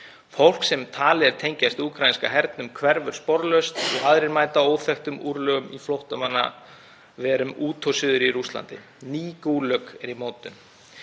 Fólk sem talið er tengjast úkraínska hernum hverfur sporlaust og aðrir mæta óþekktum örlögum í flóttamannaverum út og suður í Rússlandi. Nýtt Gúlag er í mótun.